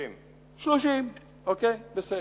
30. 30, בסדר.